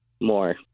more